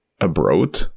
abroad